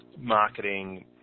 marketing